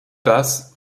das